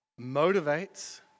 motivates